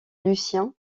lucien